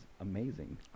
amazing